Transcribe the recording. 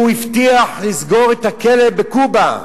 הוא הבטיח לסגור את הכלא בקובה.